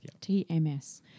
TMS